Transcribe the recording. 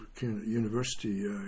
University